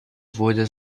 wurde